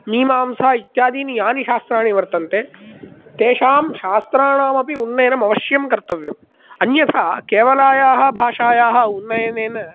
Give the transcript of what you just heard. मीमांसा इत्यादीनि यानि शास्त्राणि वर्तन्ते तेषां शास्त्राणाम् अपि उन्नयनमवश्यं कर्तव्यं अन्यथा केवलायाः भाषायाः उन्नयनेन